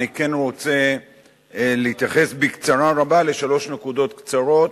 אני כן רוצה להתייחס בקצרה רבה לשלוש נקודות קצרות,